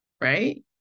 right